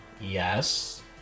yes